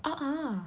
a'ah